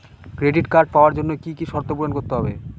Credit card পাওয়ার জন্য কি কি শর্ত পূরণ করতে হবে?